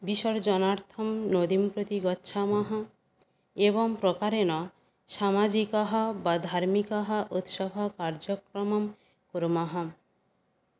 विसर्जनार्थं नदीं प्रति गच्छामः एवं प्रकारेण सामाजिकः वा धार्मिकः उत्सवः कार्यक्रमं कुर्मः